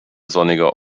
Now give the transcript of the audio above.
sonniger